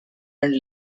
and